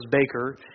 baker